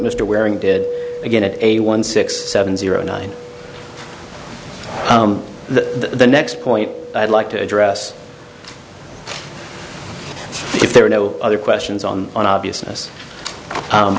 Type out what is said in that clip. mr waring did again at a one six seven zero nine the next point i'd like to address if there are no other questions on on obvious